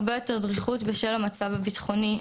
הרבה יותר דריכות בשל המצב הביטחוני,